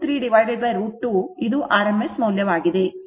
23 √ 2 ಇದು rms ಮೌಲ್ಯವಾಗಿದೆ